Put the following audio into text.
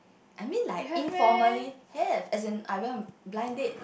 I mean like informally have as in I went blind date